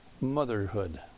motherhood